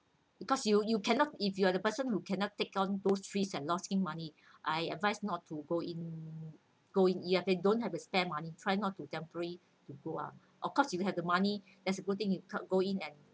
because you you cannot if you are the person who cannot take on those risk and lose the money I advise not to go in go in you have don't have a spare money try not to temporary to grow up of course you have the money that's a good thing you go in